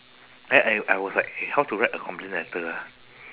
I I I was like eh how to write a complain letter ah